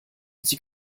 sie